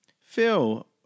Phil